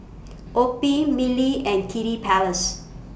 O P I Mili and Kiddy Palace